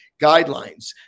guidelines